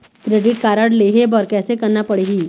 Credit card लेहे बर कैसे करना पड़ही?